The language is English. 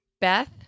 Beth